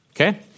Okay